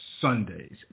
Sundays